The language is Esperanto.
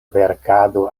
verkado